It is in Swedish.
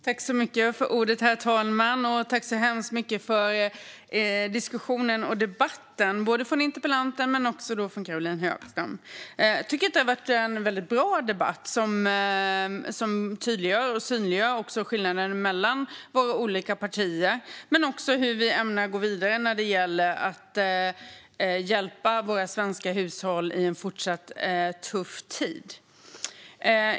Herr talman! Jag vill tacka både interpellanten och Caroline Högström för diskussionen och debatten. Det har varit en väldigt bra debatt som tydliggjort och synliggjort skillnaden mellan våra olika partier och även hur man ämnar gå vidare när det gäller att hjälpa de svenska hushållen i en tuff tid.